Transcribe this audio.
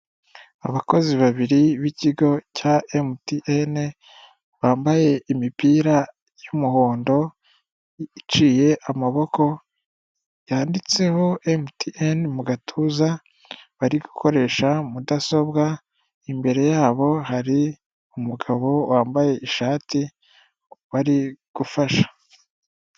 Abakozi babiri b'ikigo cya emutiyene bambaye imipira y'umuhondo iciye amaboko yanditseho emutiyeyeni mu gatuza bari gukoresha mudasobwa, imbere yabo hari umugabo wambaye ishati barigufasha.